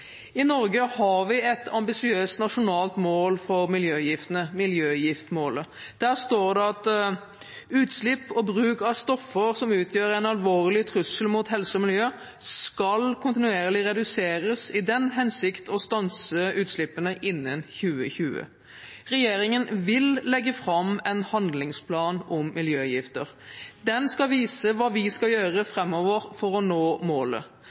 I Norge har vi et ambisiøst nasjonalt mål for miljøgiftene – miljøgiftmålet – der står det: «Utslipp og bruk av kjemikalier som utgjør en alvorlig trussel mot helse og miljø skal kontinuerlig reduseres i den hensikt å stanse utslippene innen Regjeringen vil legge fram en handlingsplan om miljøgifter. Den skal vise hva vi skal gjøre framover for å nå målet.